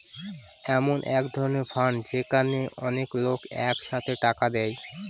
এমন এক ধরনের ফান্ড যেখানে অনেক লোক এক সাথে টাকা দেয়